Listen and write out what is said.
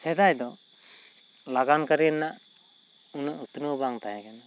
ᱥᱮᱫᱟᱭ ᱫᱚ ᱞᱟᱜᱟᱱ ᱠᱟᱹᱨᱤ ᱨᱮᱱᱟᱜ ᱩᱱᱟᱹᱜ ᱩᱛᱱᱟᱹᱣ ᱵᱟᱝ ᱛᱟᱦᱮᱸ ᱠᱟᱱᱟ